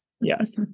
yes